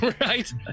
Right